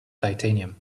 titanium